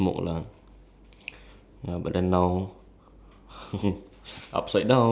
uh no not not it like people around me and like the public lah or like the people I'm near with